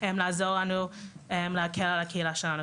כדי לעזור לנו להקל על הקהילה שלנו.